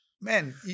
Man